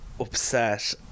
upset